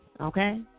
okay